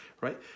right